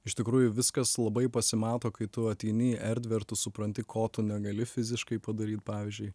iš tikrųjų viskas labai pasimato kai tu ateini į erdvę ir tu supranti ko tu negali fiziškai padaryt pavyzdžiui